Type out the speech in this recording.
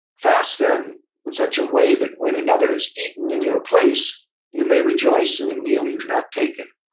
fast then in such a way that when another has eaten in your place you may rejoice in the meal you've not taken.